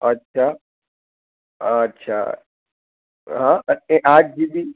અચ્છા અચ્છા હ આઠ જીબી